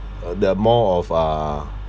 uh the more of uh